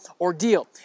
ordeal